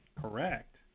correct